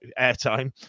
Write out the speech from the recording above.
airtime